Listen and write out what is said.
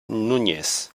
núñez